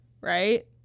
right